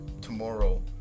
tomorrow